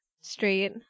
straight